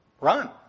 Run